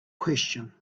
question